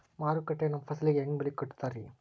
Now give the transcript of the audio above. ಮಾರುಕಟ್ಟೆ ಗ ನಮ್ಮ ಫಸಲಿಗೆ ಹೆಂಗ್ ಬೆಲೆ ಕಟ್ಟುತ್ತಾರ ರಿ?